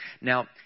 Now